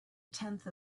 tenth